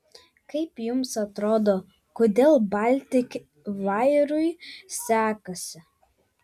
kaip jums atrodo kodėl baltik vairui sekasi